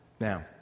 Now